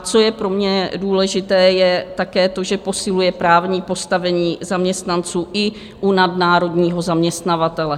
Co je pro mě důležité je také to, že posiluje právní postavení zaměstnanců i u nadnárodního zaměstnavatele.